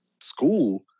School